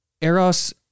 Eros